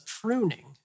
pruning